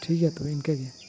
ᱴᱷᱤᱠ ᱜᱮᱭᱟ ᱛᱚᱵᱮ ᱤᱱᱠᱟᱹ ᱜᱮ